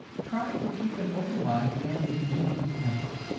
try to keep an open mind and an even temper.